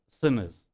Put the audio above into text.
sinners